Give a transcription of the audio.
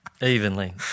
evenly